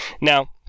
Now